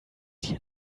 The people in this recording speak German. dir